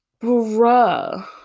bruh